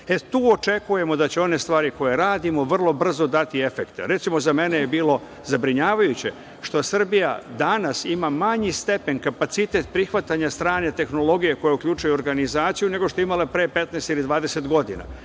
tu očekujemo da će one stvari koje radimo vrlo brzo dati efekta. Recimo, za mene je bilo zabrinjavajuće što Srbija danas ima manji stepen, kapacitet prihvatanja strane tehnologije koja uključuje organizaciju nego što je imala pre 15 ili 20 godina.